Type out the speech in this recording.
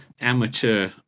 amateur